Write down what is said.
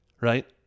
right